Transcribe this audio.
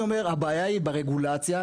הבעיה היא ברגולציה,